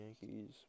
Yankees